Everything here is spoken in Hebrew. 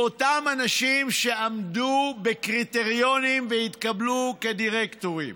מאותם אנשים שעמדו בקריטריונים והתקבלו כדירקטורים.